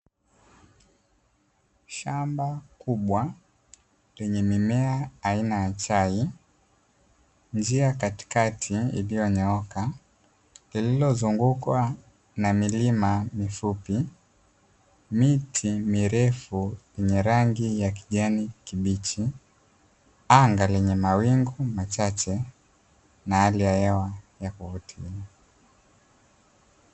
Shamba kubwa lenye mimea aina ya chai, njia katikati iliyonyooka lililozungukwa na milima mifupi, miti mirefu yenye rangi ya kijani kibichi, anga lenye mawingu machache na hali ya hewa yakuvutia.